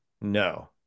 no